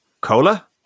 cola